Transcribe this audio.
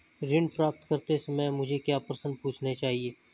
ऋण प्राप्त करते समय मुझे क्या प्रश्न पूछने चाहिए?